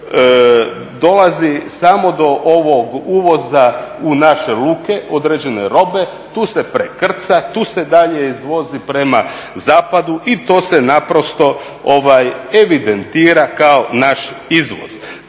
znam dolazi samo do ovog uvoza u naše luke određene robe, tu se prekrca, tu se dalje izvozi prema zapadu i to se naprosto evidentira kao naš izvoz.